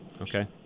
Okay